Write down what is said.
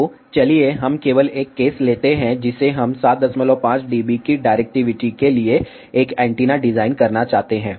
तो चलिए हम केवल एक केस लेते हैं जिसे हम 75 dB की डायरेक्टिविटी के लिए एक एंटीना डिजाइन करना चाहते हैं